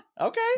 okay